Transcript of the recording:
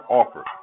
offer